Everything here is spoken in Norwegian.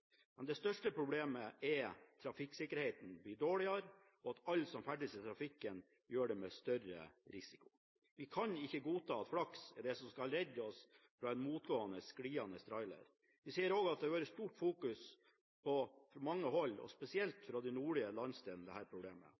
Men det største problemet er at trafikksikkerheten blir dårligere, og at alle som ferdes i trafikken, gjør det med større risiko. Vi kan ikke godta at flaks er det som skal redde oss fra en motgående, skliende trailer. Vi ser også at det har vært fokusert stort på dette problemet fra mange hold, og spesielt fra den nordlige landsdelen. Det